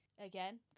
Again